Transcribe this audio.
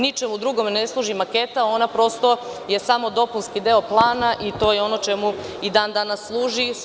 Ničemu drugom ne služi maketa, ona je prosto samo dopunski deo plana i to je ono čemu i dan danas služi.